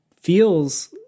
feels